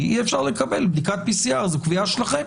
אי אפשר לקבל בדיקת PCR. זו קביעה שלכם.